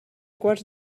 quarts